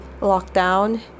lockdown